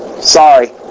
Sorry